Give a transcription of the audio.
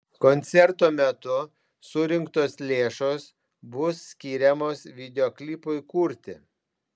koncerto metu surinktos lėšos bus skiriamos videoklipui kurti